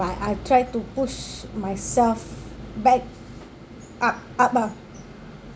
I I try to push myself back up up ah